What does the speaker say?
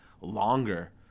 longer